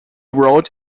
wrote